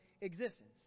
existence